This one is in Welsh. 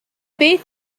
beth